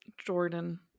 Jordan